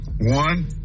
one